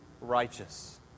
righteous